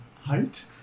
height